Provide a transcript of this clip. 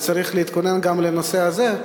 וצריך להתכונן גם לנושא הזה,